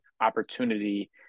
opportunity